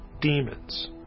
demons